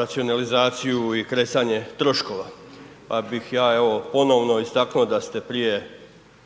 racionalizaciju i kresanje troškova, pa bih ja evo ponovno istaknuo da ste prije